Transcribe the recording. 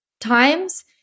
times